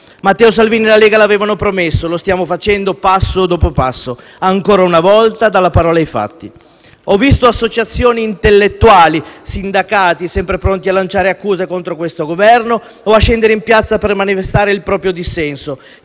Matteo Salvini e la Lega l'avevano promesso e lo stiamo facendo, passo dopo passo: ancora una volta dalle parole ai fatti. Ho visto associazioni, intellettuali, sindacati sempre pronti a lanciare accuse contro questo Governo o a scendere in piazza per manifestare il proprio dissenso,